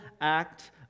act